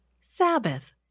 Sabbath